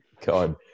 God